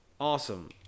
awesome